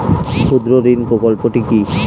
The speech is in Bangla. ক্ষুদ্রঋণ প্রকল্পটি কি?